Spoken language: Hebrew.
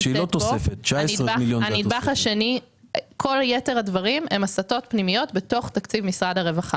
כל יתר הדברים הם הסטות פנימיות בתוך תקציב משרד הרווחה